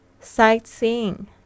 Sightseeing